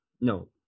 No